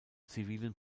zivilen